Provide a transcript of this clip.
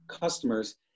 customers